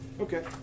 Okay